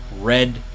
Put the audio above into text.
red